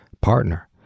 partner